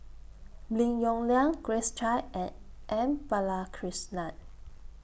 Lim Yong Liang Grace Chia and M Balakrishnan